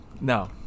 No